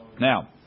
Now